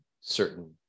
certain